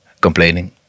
complaining